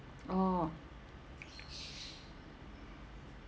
orh